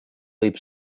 võib